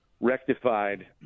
rectified